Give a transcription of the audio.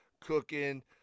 cooking